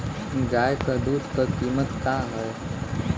गाय क दूध क कीमत का हैं?